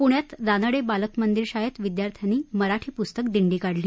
पुण्यात रानडे बालकमंदिर शाळेत विद्यार्थ्यांनी मराठी पुस्तक दिंडी काढली